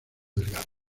delgado